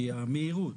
כי המהירות,